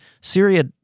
Syria